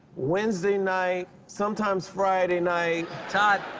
wednesday night, sometimes friday night. todd,